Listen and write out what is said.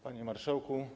Panie Marszałku!